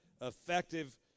effective